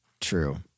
True